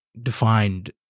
defined